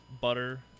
butter